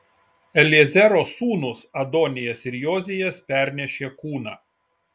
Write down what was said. eliezero sūnūs adonijas ir jozijas pernešė kūną